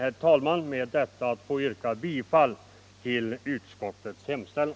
Med det anförda ber jag att få yrka bifall till utskottets hemställan.